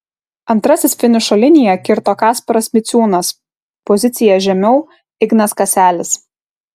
antrasis finišo liniją kirto kasparas miciūnas pozicija žemiau ignas kaselis